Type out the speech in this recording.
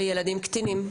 מריאור, בגלל שאתה קטין,